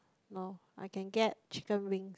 no I can get chicken wings